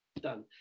Done